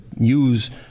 use